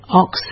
ox